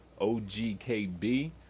OGKB